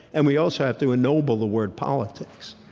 and we also have to ennoble the word politics.